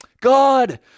God